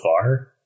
far